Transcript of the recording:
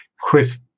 Chris